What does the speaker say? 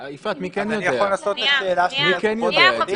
יפעת, מי כן יודע?